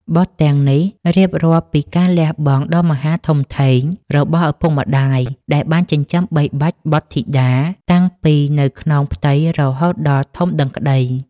បទទាំងនេះរៀបរាប់ពីការលះបង់ដ៏មហាធំធេងរបស់ឪពុកម្តាយដែលបានចិញ្ចឹមបីបាច់បុត្រធីតាតាំងពីនៅក្នុងផ្ទៃរហូតដល់ធំដឹងក្តី